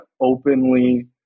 openly